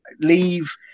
leave